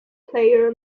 player